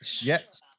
Yes